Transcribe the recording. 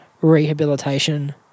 rehabilitation